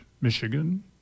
Michigan